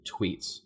tweets